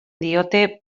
diote